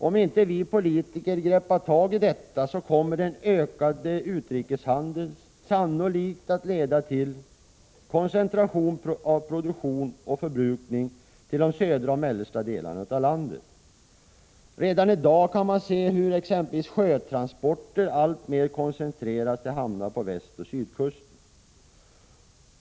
Om inte vi politiker greppar tag i detta kommer den ökande utrikeshandeln sannolikt att leda till koncentration av produktion och förbrukning till de södra och mellersta delarna av landet. Redan i dag kan man se hur sjötransporter alltmer koncentreras till hamnar på västoch sydkusten.